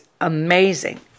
amazing